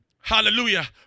Hallelujah